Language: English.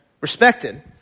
respected